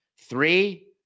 Three